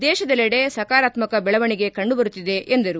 ದೇಶದೆಲ್ಲೆಡೆ ಸಕಾರಾತ್ತಕ ದೆಳವಣಿಗೆ ಕಂಡುಬರುತ್ತಿದೆ ಎಂದರು